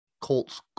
Colts